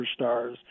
superstars